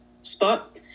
spot